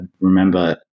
remember